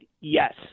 yes